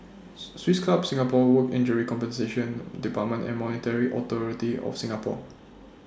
Swiss Club Singapore Work Injury Compensation department and Monetary Authority of Singapore